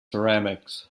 ceramics